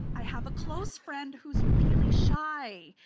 i have a close friend who's really shy.